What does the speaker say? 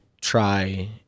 try